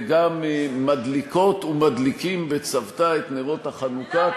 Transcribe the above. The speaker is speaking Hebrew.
-- וגם מדליקות ומדליקים בצוותא את נרות החנוכה,